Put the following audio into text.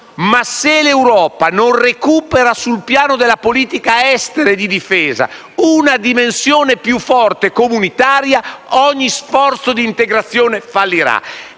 ma se l'Europa non recupera, sul piano della politica estera e della difesa, una dimensione comunitaria più forte, ogni sforzo di integrazione fallirà.